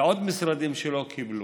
ועוד משרדים לא קיבלו.